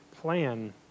plan